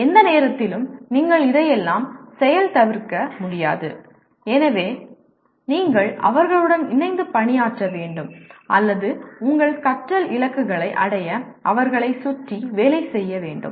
எந்த நேரத்திலும் நீங்கள் இதையெல்லாம் செயல்தவிர்க்க முடியாது எனவே நீங்கள் அவர்களுடன் இணைந்து பணியாற்ற வேண்டும் அல்லது உங்கள் கற்றல் இலக்குகளை அடைய அவர்களைச் சுற்றி வேலை செய்ய வேண்டும்